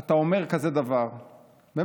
אתה אומר כזה דבר עליי?